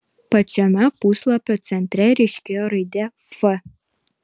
pačiame puslapio centre ryškėjo raidė f